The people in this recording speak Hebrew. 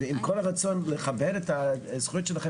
ועם כל הרצון לכבד את הזכויות שלכם,